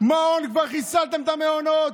מעון כבר חיסלתם את המעונות,